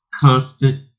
constant